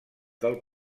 del